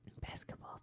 Basketball